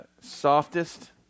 softest